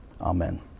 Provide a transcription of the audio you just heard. Amen